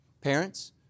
Parents